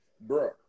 Bro